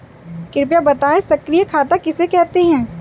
कृपया बताएँ सक्रिय खाता किसे कहते हैं?